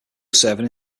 serving